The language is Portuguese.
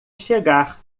chegar